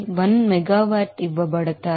00 మెగావాట్లు ఇవ్వబడతాయి